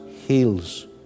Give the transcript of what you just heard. heals